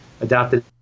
adopted